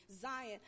Zion